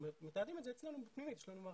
איך אתם יודעים מי נמצא בהסדרי חובות?